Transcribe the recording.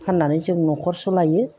फाननानै जों न'खर सालायो